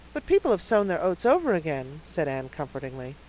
but people have sown their oats over again, said anne comfortingly,